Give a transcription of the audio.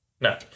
No